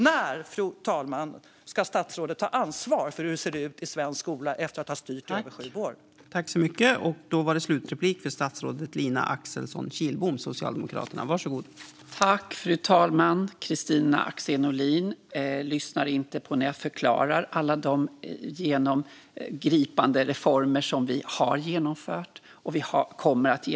När, fru talman, ska statsrådet ta ansvar för hur det ser ut i svensk skola efter att regeringen har styrt i över sju år?